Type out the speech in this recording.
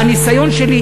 מהניסיון שלי,